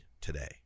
today